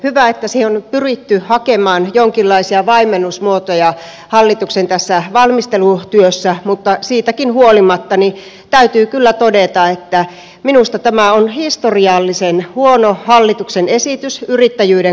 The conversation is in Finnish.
hyvä että siihen on pyritty hakemaan jonkinlaisia vaimennusmuotoja hallituksen valmistelutyössä mutta siitäkin huolimatta täytyy kyllä todeta että minusta tämän on historiallisen huono hallituksen esitys yrittäjyyden kannalta